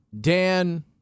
Dan